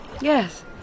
Yes